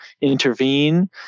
intervene